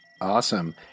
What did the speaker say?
Awesome